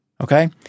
okay